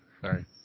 Sorry